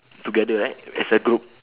together right as a group